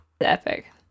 Epic